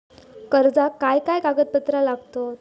कर्जाक काय काय कागदपत्रा लागतत?